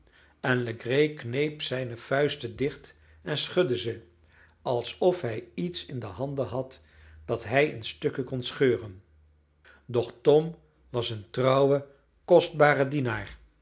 en legree kneep zijne vuisten dicht en schudde ze alsof hij iets in de handen had dat hij in stukken kon scheuren doch tom was een trouwe kostbare dienaar